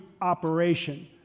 operation